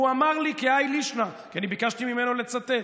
הוא אמר לי כהאי לישנא, כי אני ביקשתי ממנו לצטט: